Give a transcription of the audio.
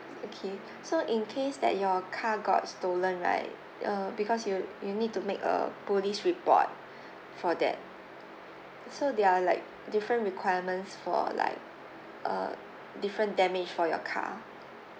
okay so in case that your car got stolen right uh because you'll you'll need to make a police report for that so there are like different requirements for like uh different damage for your car